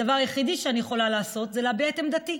הדבר היחידי שאני יכולה לעשות זה להביע את עמדתי.